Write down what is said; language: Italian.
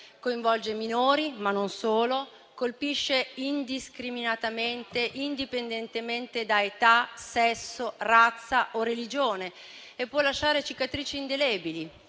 Coinvolge i minori, ma non solo; colpisce indiscriminatamente, indipendentemente da età, sesso, razza o religione, e può lasciare cicatrici indelebili;